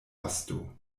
osto